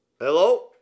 Hello